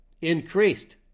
increased